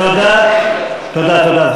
תודה, תודה, תודה.